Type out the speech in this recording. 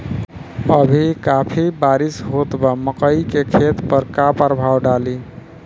अभी काफी बरिस होत बा मकई के खेत पर का प्रभाव डालि?